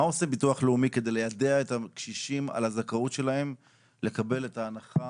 מה עושה ביטוח לאומי כדי ליידע את הקשישים על הזכאות שלהם לקבל את ההנחה